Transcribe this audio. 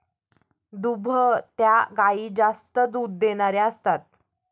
दुभत्या गायी जास्त दूध देणाऱ्या असतात